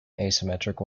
asymmetric